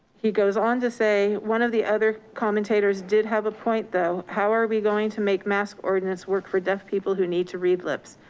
he goes on to say, one of the other commentators did have a point though, how are we going to make mask ordinance work for deaf people who need to read lips?